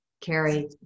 Carrie